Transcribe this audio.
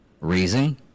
reason